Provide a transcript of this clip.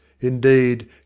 Indeed